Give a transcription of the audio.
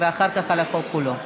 ואחר כך על החוק כולו.